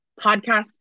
podcast